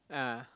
ah